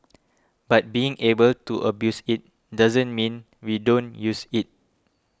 but being able to abuse it doesn't mean we don't use it